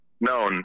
known